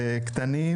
קטנים),